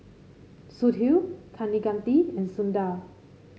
Sudhir Kaneganti and Sundar